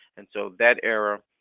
and so that era